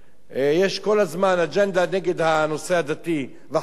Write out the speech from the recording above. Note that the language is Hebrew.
יש כל הזמן אג'נדה נגד הנושא הדתי והחרדי,